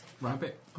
Rabbit